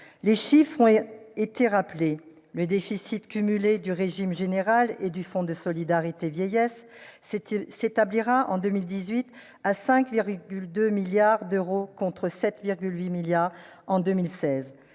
Les chiffres ont été rappelés, le déficit cumulé du régime général et du Fonds de solidarité vieillesse s'établira en 2018 à 5,2 milliards d'euros, contre 7,8 milliards d'euros